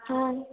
ହଁ